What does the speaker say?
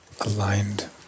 aligned